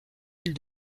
îles